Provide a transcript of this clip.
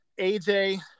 AJ